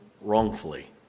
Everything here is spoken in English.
wrongfully